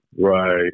Right